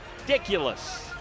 Ridiculous